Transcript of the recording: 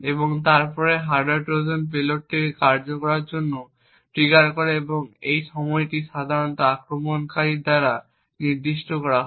এবং তারপরে hardware trojan পেলোডটিকে কার্যকর করার জন্য ট্রিগার করে এই সময়টি সাধারণত আক্রমণকারী দ্বারা নির্দিষ্ট করা হয়